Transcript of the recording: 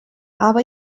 aber